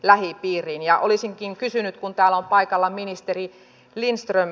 olisinkin kysynyt kun täällä on paikalla ministeri lindström